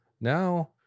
Now